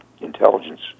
intelligence